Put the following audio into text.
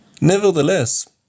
Nevertheless